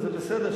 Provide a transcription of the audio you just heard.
זה בסדר,